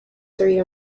three